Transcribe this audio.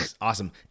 Awesome